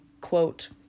quote